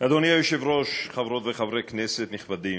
אדוני היושב-ראש, חברות וחברי כנסת נכבדים,